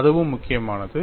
அதுவும் முக்கியமானது